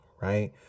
right